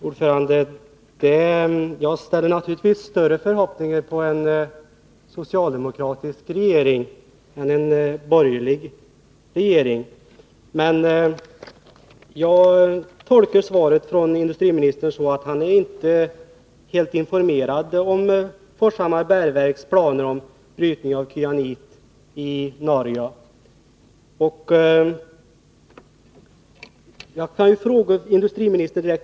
Herr talman! Jag har naturligtvis större förhoppningar på en socialdemokratisk regering än på en borgerlig regering. Men jag tolkar svaret från industriministern som att han inte är informerad om Forshammars Bergverks planer på brytning av kyanit i Norge. Jag kan fråga industriministern direkt.